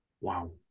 wow